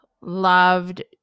loved